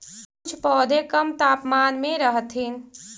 कुछ पौधे कम तापमान में रहथिन